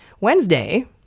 Wednesday